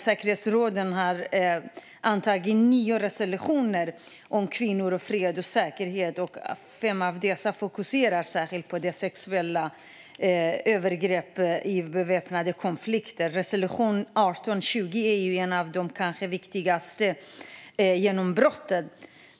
Säkerhetsrådet har antagit nio resolutioner om kvinnor, fred och säkerhet, och fem av dessa fokuserar särskilt på sexuella övergrepp i beväpnade konflikter. Resolution 1820 är ett av de kanske viktigaste genombrotten.